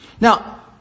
Now